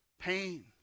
pain